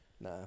Nah